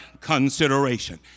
consideration